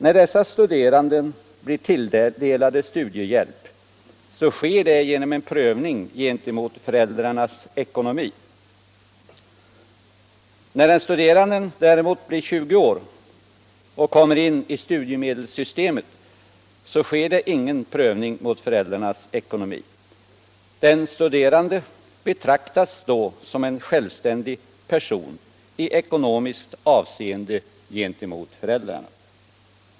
När dessa studerande blir tilldelade studiehjälp sker det genom en prövning gentemot föräldrarnas ekonomi. När en studerande däremot blir 20 år och kommer in i studiemedelssystemet sker ingen prövning mot föräldrarnas ekonomi. Den studerande betraktas då som en självständig person, i ekonomiskt avseende, gentemot föräldrarna.